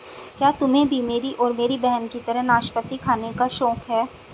क्या तुम्हे भी मेरी और मेरी बहन की तरह नाशपाती खाने का शौक है?